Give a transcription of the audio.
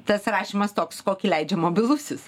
tas rašymas toks kokį leidžia mobilusis